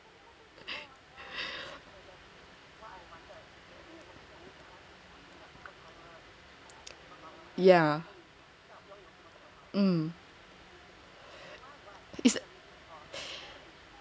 yeah